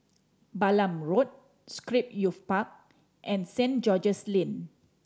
Balam Road Scape Youth Park and Saint George's Lane